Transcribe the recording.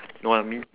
no I mean